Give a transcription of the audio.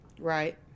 Right